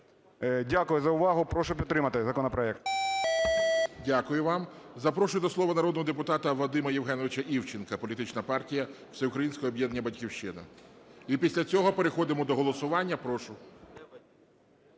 Дякую за увагу. Прошу підтримати законопроект.